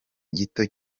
gito